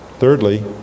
Thirdly